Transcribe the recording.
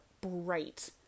bright